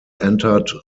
entered